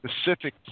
specific